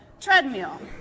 treadmill